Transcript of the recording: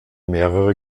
mehrere